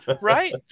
Right